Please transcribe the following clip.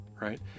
right